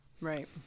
Right